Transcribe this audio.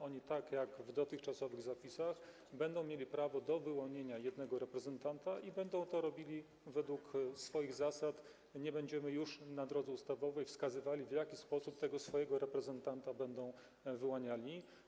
Oni, tak jak w dotychczasowych zapisach, będą mieli prawo do wyłonienia jednego reprezentanta i będą to robili według swoich zasad, nie będziemy już im na drodze ustawowej wskazywali, w jaki sposób tego swojego reprezentanta będą wyłaniali.